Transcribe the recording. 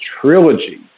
trilogy